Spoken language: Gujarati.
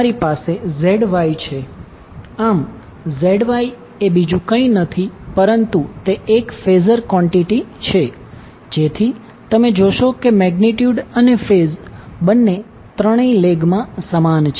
તમારી પાસે ZY છે આમ ZYએ બીજું કંઈ નથી પરંતુ તે એક ફેઝર કોન્ટીટી છે જેથી તમે જોશો કે મેગ્નિટ્યુડ અને ફેઝ બંને ત્રણેય લેગમા સમાન છે